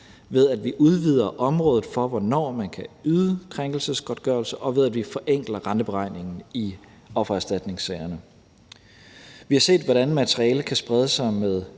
ved at vi udvider området for, hvor man kan yde krænkelsesgodtgørelse, og ved at vi forenkler renteberegningen i offererstatningssagerne. Vi har set, hvordan materiale kan sprede sig med